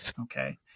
Okay